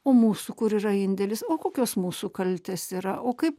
o mūsų kur yra indėlis o kokios mūsų kaltės yra o kaip